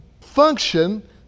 function